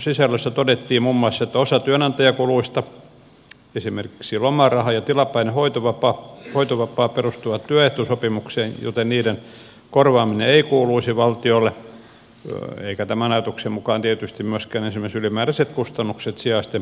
sisällössä todettiin muun muassa että osa työnantajakuluista esimerkiksi lomaraha ja tilapäinen hoitovapaa perustuvat työehtosopimukseen joten niiden korvaaminen ei kuuluisi valtiolle eivätkä tämän ajatuksen mukaan tietysti myöskään esimerkiksi ylimääräiset kustannukset sijaisten palkkaamisesta tai vastaavasta